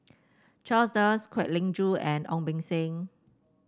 Charles Dyce Kwek Leng Joo and Ong Beng Seng